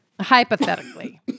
Hypothetically